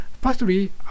firstly